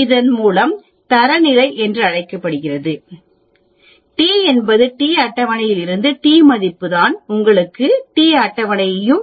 இதன் மூலம் பிழை t என்பது t அட்டவணை மூலம் அறிகிறேன்